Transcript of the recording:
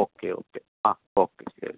okay okay ആ okay ശരി